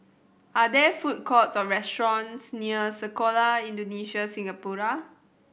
are there food courts or restaurants near Sekolah Indonesia Singapura